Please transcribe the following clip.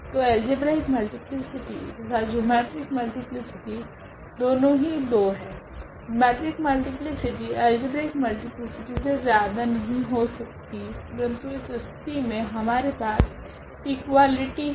तो algebraic multiplicity तथा geometric multiplicity दोनों ही 2 है जिओमेट्रिक मल्टीप्लीसिटी अल्जेब्रिक मल्टीप्लीसिटी से ज्यादा नहीं हो सकती परंतु इस स्थिति मे हमारे पास इकुवेलीटी है